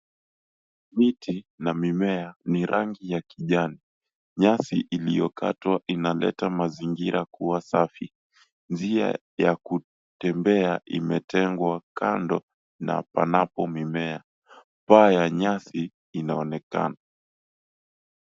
Miti na mimea ni rangi ya kijani, nyasi iliyokatwa inaleta mazingira kuwa safi. Njia ya kutembea imetengwa kando na panapo mimea, paa ya nyasi inaonekana.